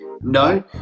no